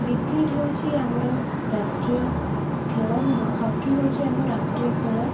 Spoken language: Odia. କ୍ରିକେଟ ହେଉଛି ଆମର ରାଷ୍ଟ୍ରୀୟ ଖେଳ ନୁହଁ ହକି ହଉଛି ଆମର ରାଷ୍ଟ୍ରୀୟ ଖେଳ